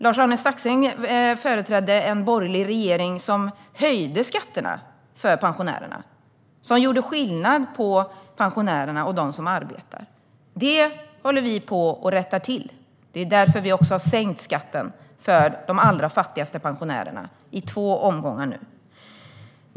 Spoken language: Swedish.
Lars-Arne Staxäng företrädde en borgerlig regering som höjde skatterna för pensionärerna och som gjorde skillnad på pensionärerna och dem som arbetar. Det håller vi på att rätta till. Det är därför som vi har sänkt skatten för de allra fattigaste pensionärerna i två omgångar nu.